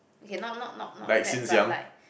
okay not not not not fat but like